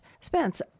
Spence